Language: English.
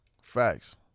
Facts